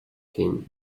king